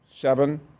seven